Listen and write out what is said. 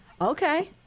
Okay